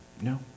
no